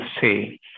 say